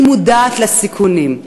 היא מודעת לסיכונים.